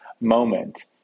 moment